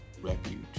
Refuge